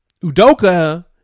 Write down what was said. Udoka